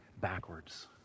backwards